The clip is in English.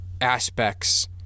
aspects